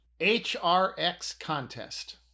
HRXContest